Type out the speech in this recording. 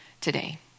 today